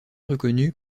reconnue